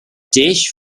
dish